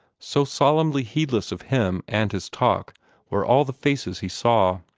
so solemnly heedless of him and his talk were all the faces he saw.